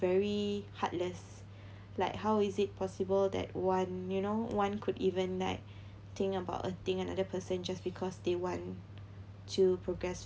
very heartless like how is it possible that one you know one could even like think about a thing another person just because they want to progress